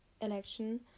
election